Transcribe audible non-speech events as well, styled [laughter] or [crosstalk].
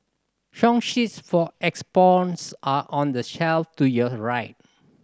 song sheets for [unintelligible] are on the shelf to your right